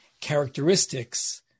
characteristics